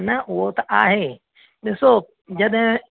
न उहो त आहे ॾिसो जॾहिं